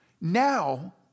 Now